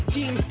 Team